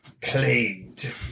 cleaned